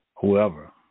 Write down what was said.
whoever